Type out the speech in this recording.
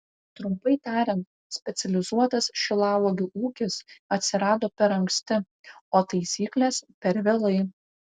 trumpai tariant specializuotas šilauogių ūkis atsirado per anksti o taisyklės per vėlai